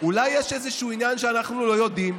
אולי יש איזשהו עניין שאנחנו לא יודעים?